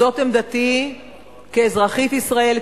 זאת עמדתי כאזרחית ישראל,